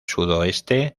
sudoeste